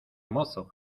mozo